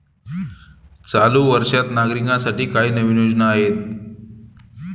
चालू वर्षात नागरिकांसाठी काय नवीन योजना आहेत?